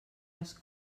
les